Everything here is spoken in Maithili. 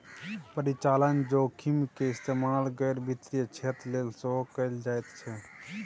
परिचालन जोखिमक इस्तेमाल गैर वित्तीय क्षेत्र लेल सेहो कैल जाइत छै